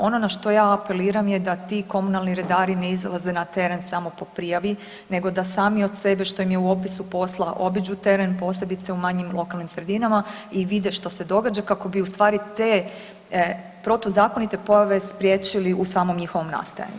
Ono na što ja apeliram da ti komunalni redari ne izlaze na teren samo po prijavi nego da sami od sebe, što im je u opisu posla, obiđu teret, posebice u manjim lokalnim sredinama i vide što se događa, kako bi ustvari te protuzakonite pojave spriječili u samom njihovom nastajanju.